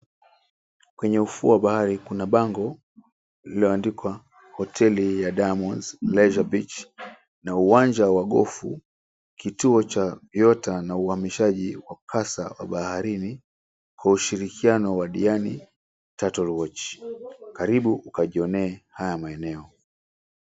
Kwenye ufuo wa bahari kuna bango lililoandikwa Hoteli ya Diamonds Leisure Beach na uwanja wa golfu, kituo cha viota na uhamishaji wa kasa wa baharini kwa ushirikiano wa Diani Turtle Watch. Karibu ukajionee haya maeneo.